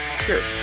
cheers